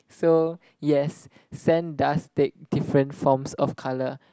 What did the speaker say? so yes sand does take different forms of colour